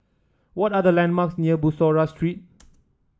what are the landmarks near Bussorah Street